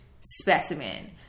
specimen